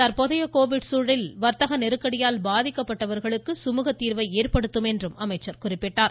தற்போதைய கோவிட் சூழலில் வர்த்தக நெருக்கடியால் பாதிக்கப்பட்டவர்களுக்கு சுமூகத்தீர்வை ஏற்படுத்தும் என்றும் குறிப்பிட்டார்